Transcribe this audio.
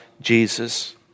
Jesus